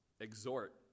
exhort